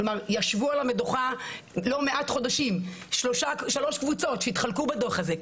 כלומר ישבו על המדוכה לא מעט חודשים שלוש קבוצות שהתחלקו בדוח הזה.